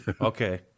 Okay